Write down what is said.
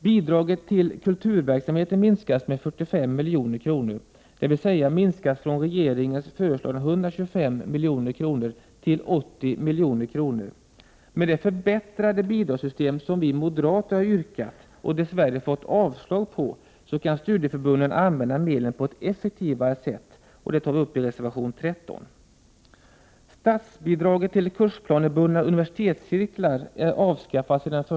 Bidraget till kulturverksamheten minskas med 45 milj.kr. — dvs. en minskning från regeringens föreslagna 125 milj.kr. till 80 milj.kr. Med det förbättrade bidragssystem som vi moderater har yrkat — ett yrkande som vi dess värre har fått avslag på — skulle studieförbunden kunna använda medlen på ett effektivare sätt, som framgår av reservation 13. Statsbidraget till kursplanebundna universitetscirklar är avskaffat sedan Prot.